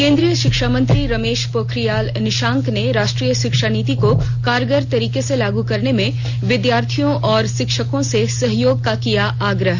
केंद्रीय शिक्षा मंत्री रमेश पोखरियाल निशंक ने राष्ट्रीय शिक्षा नीति को कारगर तरीके से लागू करने में विद्यार्थियों और शिक्षकों से सहयोग का किया आग्रह